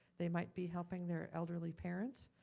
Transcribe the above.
they might be helping their elderly parents.